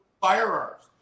firearms